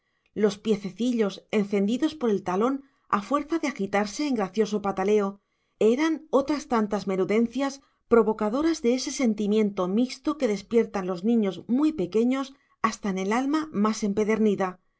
los piececillos encendidos por el talón a fuerza de agitarse en gracioso pataleo eran otras tantas menudencias provocadoras de ese sentimiento mixto que despiertan los niños muy pequeños hasta en el alma más empedernida